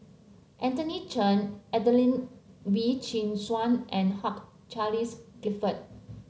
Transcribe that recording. Anthony Chen Adelene Wee Chin Suan and Hugh Charles Clifford